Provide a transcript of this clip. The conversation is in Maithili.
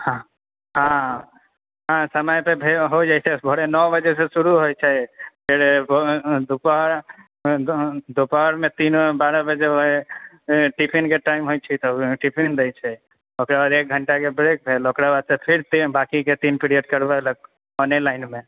हॅं समय से फेर हो जेतै साढ़े नओ बजे से शुरु होइ छै दुपहर दोपहरमे दिनमे बारह बजे टिफिन के टाइम होइ छै तब टिफिन दै छै ओकरा बाद एक घण्टाके ब्रेक भेल ओकरा बाद से फिर सेम बाँकि के तीन पीरियड करवेलक ऑनेलाइन मे